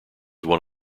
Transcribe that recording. one